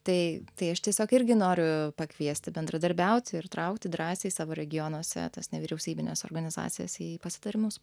tai tai aš tiesiog irgi noriu pakviesti bendradarbiauti ir įtraukti drąsiai savo regionuose tas nevyriausybines organizacijas į pasitarimus